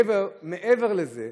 מעבר לזה,